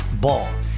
Ball